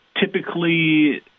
typically